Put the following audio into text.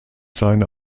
seine